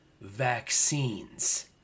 vaccines